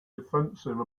defensive